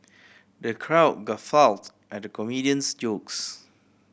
the crowd guffawed at the comedian's jokes